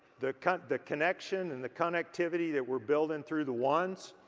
the kind of the connection and the connectivity that we're building through the ones,